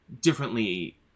differently